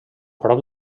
prop